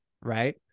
Right